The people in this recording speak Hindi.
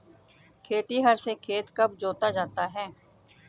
खेतिहर से खेत कब जोता जाता है?